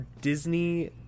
Disney